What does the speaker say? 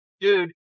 Dude